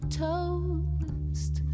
toast